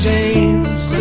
James